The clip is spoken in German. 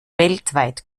weltweit